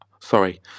sorry